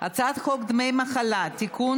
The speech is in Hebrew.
הצעת חוק דמי מחלה (תיקון,